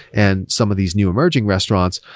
and some of these new emerging restaurants,